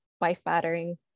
wife-battering